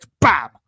bam